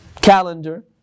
calendar